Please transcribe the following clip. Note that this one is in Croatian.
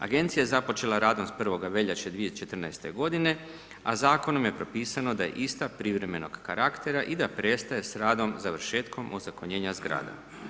Agencija je započela radom s 1. veljače 2014. godine a zakonom je propisano da je ista privremenog karaktera i da prestaje s radom završetkom ozakonjenja zgrada.